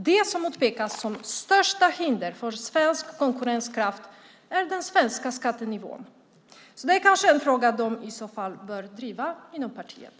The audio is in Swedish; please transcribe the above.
Det som utpekas som största hindret för svensk konkurrenskraft är den svenska skattenivån. Det är kanske en fråga som man i så fall bör driva inom partiet.